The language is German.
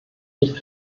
nicht